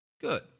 Good